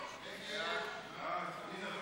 ההצעה